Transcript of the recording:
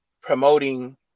promoting